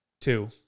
Two